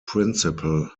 principle